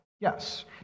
Yes